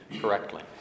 correctly